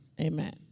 Amen